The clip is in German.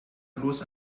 bloß